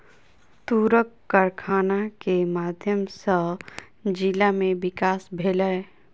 तूरक कारखाना के माध्यम सॅ जिला में विकास भेलै